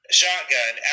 shotgun